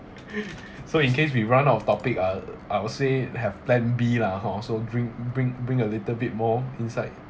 so in case we run out of topic ah I would say have plan B lah hor so dring bring bring a little bit more insight